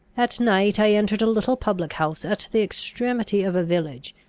at night i entered a little public-house at the extremity of a village,